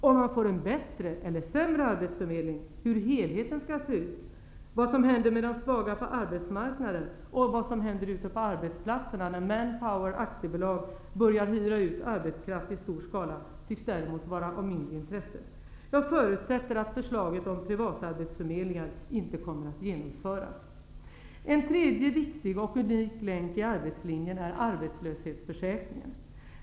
Om man får en bättre eller sämre arbetsförmedling, hur helheten skall se ut, vad som händer med de svaga på arbetsmarknaden och vad som händer ute på arbetsplatserna när ''Manpower AB'' börjar hyra ut arbetskraft i stor skala, tycks däremot vara av mindre intresse. Jag förutsätter att förslaget om privata arbetsförmedlingar inte kommer att genomföras. En tredje, viktig och unik länk i arbetslinjen är arbetslöshetsförsäkringen.